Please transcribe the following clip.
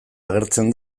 agertzen